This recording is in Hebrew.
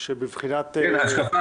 כבוד האדם וחירותו (תיקון - הזכות לשוויון).